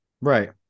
right